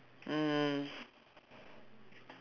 mm